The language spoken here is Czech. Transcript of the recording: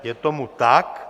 Je tomu tak.